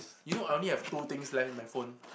you know I only have two things left in my phone